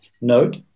Note